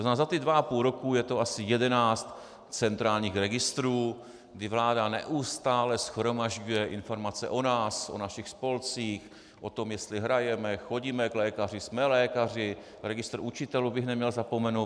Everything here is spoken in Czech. To znamená, za dvaapůl roku je to asi 11 centrálních registrů, kdy vláda neustále shromažďuje informace o nás, o našich spolcích, o tom, jestli hrajeme, chodíme k lékaři, jsme lékaři registr učitelů bych neměl zapomenout.